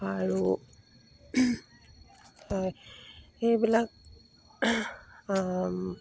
আৰু হয় সেইবিলাক